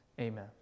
Amen